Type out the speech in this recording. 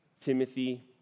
Timothy